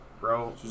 Bro